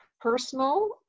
personal